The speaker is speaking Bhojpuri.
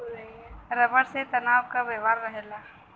रबर में तनाव क व्यवहार रहेला